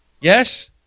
Yes